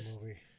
movie